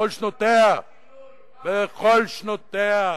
בכל שנותיה.